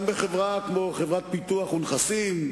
גם בחברה כמו חברת "פיתוח ונכסים",